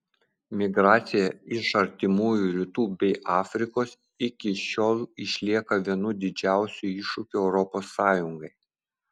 migracija iš artimųjų rytų bei afrikos iki šiol išlieka vienu didžiausių iššūkių europos sąjungai